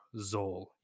Zol